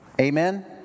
Amen